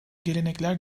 gelenekler